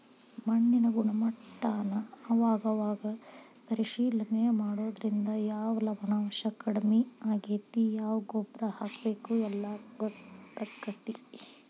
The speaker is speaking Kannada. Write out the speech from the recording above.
ಮಣ್ಣಿನ ಗುಣಮಟ್ಟಾನ ಅವಾಗ ಅವಾಗ ಪರೇಶಿಲನೆ ಮಾಡುದ್ರಿಂದ ಯಾವ ಲವಣಾಂಶಾ ಕಡಮಿ ಆಗೆತಿ ಯಾವ ಗೊಬ್ಬರಾ ಹಾಕಬೇಕ ಎಲ್ಲಾ ಗೊತ್ತಕ್ಕತಿ